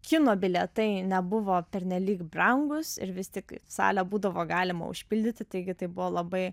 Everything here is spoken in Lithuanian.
kino bilietai nebuvo pernelyg brangūs ir vis tik salę būdavo galima užpildyti taigi tai buvo labai